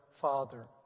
Father